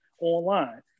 online